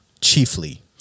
chiefly